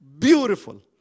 Beautiful